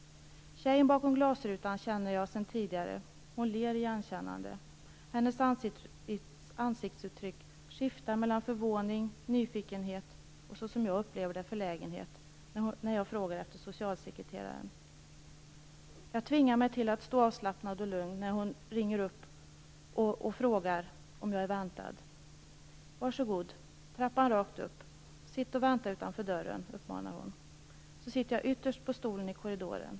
Tjejen bakom glasrutan känner jag sen tidigare. Hon ler igenkännande. Hennes ansiktsuttryck skiftar mellan förvåning, nyfikenhet och, som jag upplever det, förlägenhet, när jag frågar efter socialsekreteraren. Jag tvingar mig till att stå avslappnad och lugn när hon ringer upp och frågar om jag är väntad. - Varsågod! Trappan rakt upp. Sitt och vänta utanför dörren, uppmanar hon. Så sitter jag ytterst på stolen i korridoren.